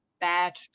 bad